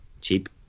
cheap